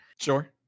Sure